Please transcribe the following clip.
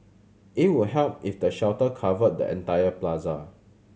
it would help if the shelter covered the entire plaza